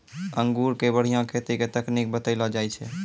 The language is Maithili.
अंगूर के बढ़िया खेती के तकनीक बतइलो जाय छै